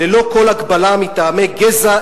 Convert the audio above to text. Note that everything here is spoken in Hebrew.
ללא כל הגבלה מטעמי גזע,